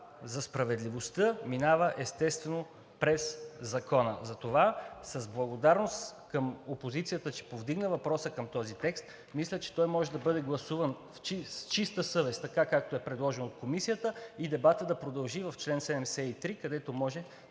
за справедливостта минава, естествено, през закона. Затова с благодарност към опозицията, че повдигна въпроса към този текст. Мисля, че той може да бъде гласуван с чиста съвест така, както е предложен от Комисията, и дебатът да продължи в чл. 73, където може